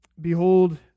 behold